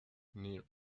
near